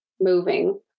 moving